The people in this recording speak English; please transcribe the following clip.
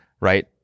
Right